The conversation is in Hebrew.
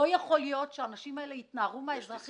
לא יכול להיות שהאנשים האלה יתנערו מהאזרחים שלהם.